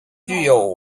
具有